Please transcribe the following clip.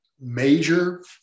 major